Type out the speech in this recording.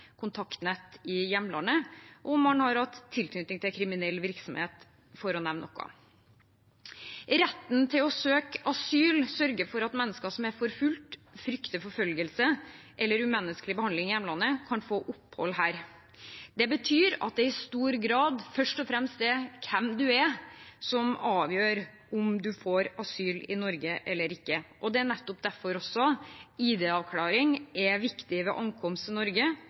kontaktnett i hjemlandet og om man har hatt tilknytning til kriminell virksomhet, for å nevne noe. Retten til å søke asyl sørger for at mennesker som er forfulgt, frykter forfølgelse eller umenneskelig behandling i hjemlandet, kan få opphold her. Det betyr at det i stor grad først og fremst er hvem man er, som avgjør om man får asyl i Norge eller ikke. Det er nettopp derfor ID-avklaring er viktig ved ankomst til Norge,